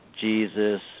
Jesus